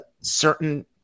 certain